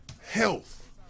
health